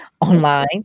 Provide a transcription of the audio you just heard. online